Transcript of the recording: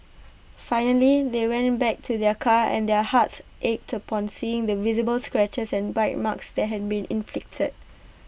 finally they went back to their car and their hearts ached upon seeing the visible scratches and bite marks that had been inflicted